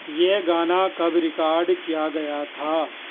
یہ گانا کب ریکارڈ کیا گیا تھا